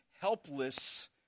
helpless